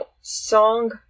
song